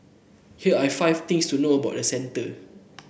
here are five things to know about the centre